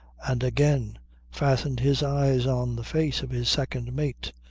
and again fastened his eyes on the face of his second mate.